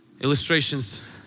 Illustrations